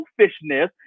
selfishness